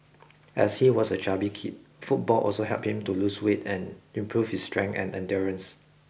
as he was a chubby kid football also helped him to lose weight and improve his strength and endurance